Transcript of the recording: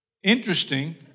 Interesting